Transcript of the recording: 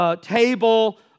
table